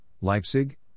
Leipzig